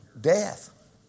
death